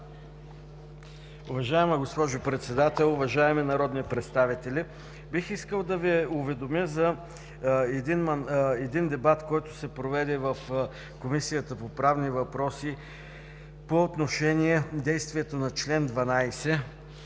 Уважаема госпожо Председател, уважаеми народни представители! Бих искал да Ви уведомя за един дебат, който се проведе в Комисията по правни въпроси по отношение действието на чл. 12